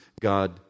God